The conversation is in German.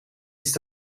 ist